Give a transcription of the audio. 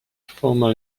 formal